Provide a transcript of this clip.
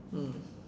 mm